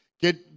get